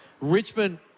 Richmond